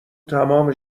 تمام